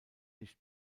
nicht